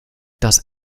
das